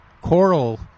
coral